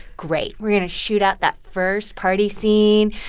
great. we're going to shoot out that first party scene.